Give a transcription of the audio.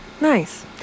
Nice